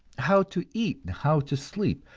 how to eat and how to sleep,